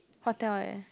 hotel eh